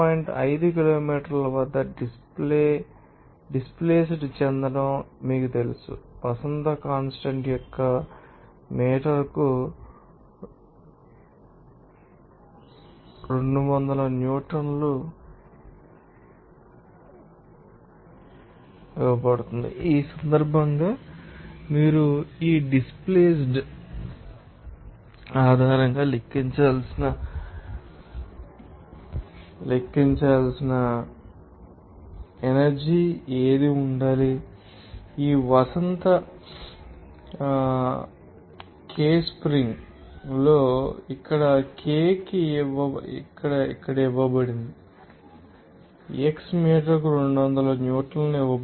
5 kilometre వద్ద displaced చెందడం మీకు తెలుసు వసంత కాన్స్టాంట్ కి మీటరుకు 200 న్యూటన్ ఇవ్వబడుతుంది ఈ సందర్భంలో మీరు ఈడిస్ప్లేసెడ్ ఆధారంగా లెక్కించాల్సిన ఎనర్జీ ఏది ఉండాలి ఈ వసంత K స్ప్రింగ్ లో ఇక్కడ K కి ఇక్కడ ఇవ్వబడింది x మీటరుకు 200 న్యూటన్ ఇవ్వబడుతుంది